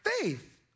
faith